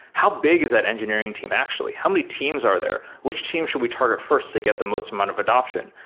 how big is that engineering team actually? how many teams are there? which team should we target first to get the most amount of adaption?